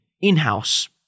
in-house